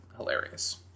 hilarious